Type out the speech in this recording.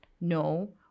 no